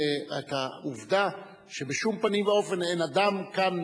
את העובדה שבשום פנים אין אדם כאן